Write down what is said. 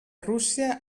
rússia